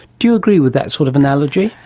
do you agree with that sort of analogy?